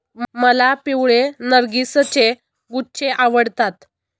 मला पिवळे नर्गिसचे गुच्छे आवडतात